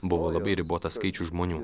buvo labai ribotas skaičius žmonių